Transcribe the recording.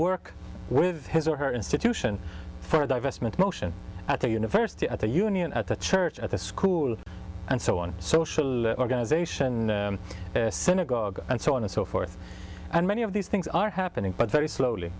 work with his or her institution for divestment motion at the university at the union at the church at the school and so on social organization synagogue and so on and so forth and many of these things are happening but very slowly